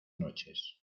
noches